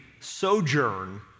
sojourn